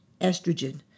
estrogen